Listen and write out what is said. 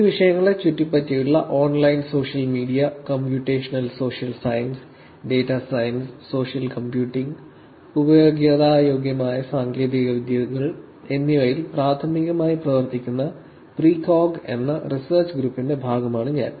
ഈ വിഷയങ്ങളെ ചുറ്റിപ്പറ്റിയുള്ള online social media computational social science data science social computing ഉപയോഗയോഗ്യമായ സാങ്കേതികവിദ്യകൾ എന്നിവയിൽ പ്രാഥമികമായി പ്രവർത്തിക്കുന്ന പ്രീകോഗ് എന്ന റിസർച്ച് ഗ്രൂപ്പിന്റെ ഭാഗമാണ് ഞാൻ